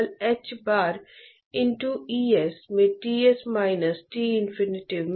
तो heat exchanger में आपके पास एक पाइप है आपके पास कुछ तरल पदार्थ है जो पाइप से बह रहा है